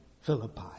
Philippi